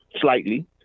slightly